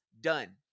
Done